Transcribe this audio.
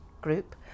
group